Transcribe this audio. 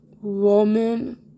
Roman